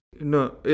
no